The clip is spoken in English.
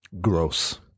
Gross